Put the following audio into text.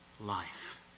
life